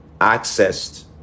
accessed